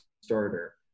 starter